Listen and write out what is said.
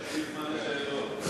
תשאיר זמן לשאלות.